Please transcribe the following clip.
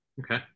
Okay